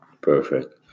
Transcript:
Perfect